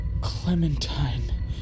Clementine